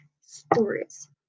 stories